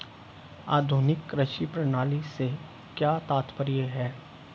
आधुनिक कृषि प्रणाली से क्या तात्पर्य है?